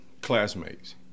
classmates